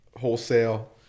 wholesale